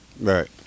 Right